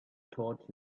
taught